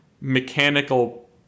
mechanical